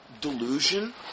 delusion